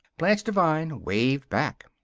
blanche devine waved back.